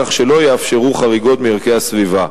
כך שלא יאפשרו חריגות מערכי הסביבה.